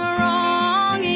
wrong